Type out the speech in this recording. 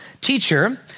Teacher